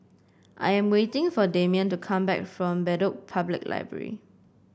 I am waiting for Demian to come back from Bedok Public Library